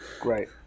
Great